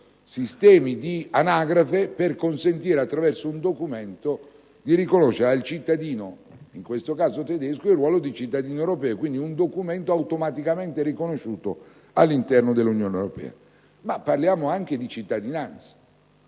sistemi di anagrafe per consentire, attraverso un documento, di riconoscere al cittadino tedesco il ruolo di cittadino europeo: dunque, un documento che viene automaticamente riconosciuto all'interno dell'Unione europea. Ma parliamo anche di cittadinanza,